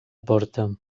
porta